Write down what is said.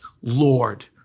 Lord